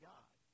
God